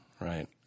right